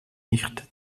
nicht